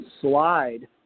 slide